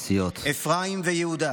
אפרים ויהודה".